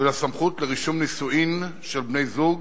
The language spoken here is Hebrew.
ולסמכות לרישום נישואים של בני-זוג